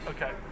Okay